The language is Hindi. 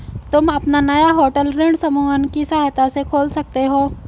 तुम अपना नया होटल ऋण समूहन की सहायता से खोल सकते हो